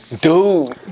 dude